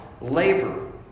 labor